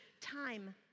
time